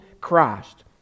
Christ